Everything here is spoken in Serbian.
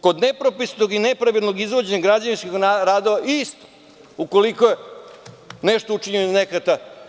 Kod nepropisnog i nepravilnog izvođenja građevinskih radova isto ukoliko je nešto učinjeno iz nehata.